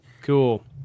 Cool